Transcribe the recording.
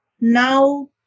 now –